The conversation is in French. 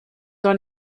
dans